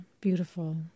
beautiful